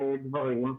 פה,